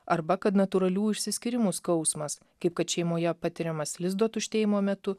arba kad natūralių išsiskyrimų skausmas kaip kad šeimoje patiriamas lizdo tuštėjimo metu